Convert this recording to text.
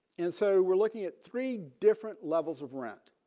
and so we're looking at three different levels of rent.